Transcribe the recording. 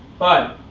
but